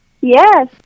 Yes